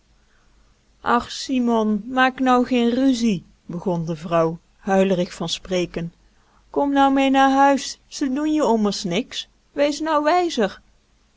ach simon maak nou geen ruzie begon de vrouw huilerig van spreken kom nou mee naar huis ze doen je ommers niks wees nou